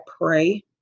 pray